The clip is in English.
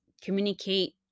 communicate